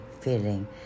feeling